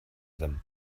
them